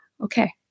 okay